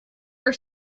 are